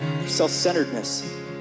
self-centeredness